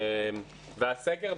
והסקר,